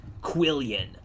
quillian